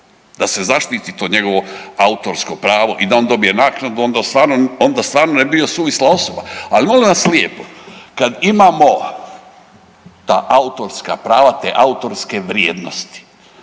da se zaštiti to njegovo autorsko pravo i da on dobije naknadu onda stvarno ne bi bio suvisla osoba. Ali molim vas lijepo, kad imamo ta autorska prava, te autorske vrijednosti,